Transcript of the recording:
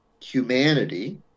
humanity